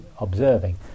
observing